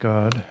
God